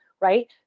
right